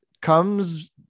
comes